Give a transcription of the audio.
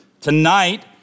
Tonight